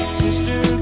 sister